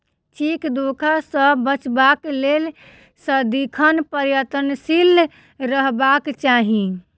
cheque धोखा सॅ बचबाक लेल सदिखन प्रयत्नशील रहबाक चाही